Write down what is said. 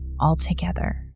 altogether